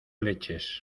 leches